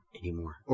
anymore